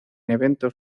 eventos